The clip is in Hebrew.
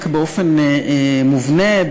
באופן מובנה,